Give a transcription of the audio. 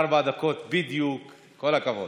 ארבע דקות בדיוק, כל הכבוד.